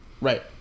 Right